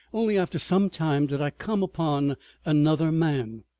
only after some time did i come upon another man.